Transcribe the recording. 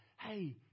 Hey